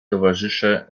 towarzysze